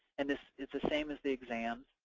and this is the same as the exam,